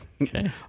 Okay